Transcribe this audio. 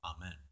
Amen